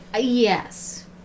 Yes